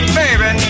baby